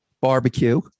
barbecue